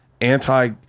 anti